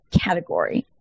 category